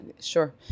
sure